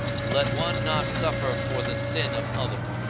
let one not suffer for the sin of other.